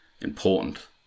important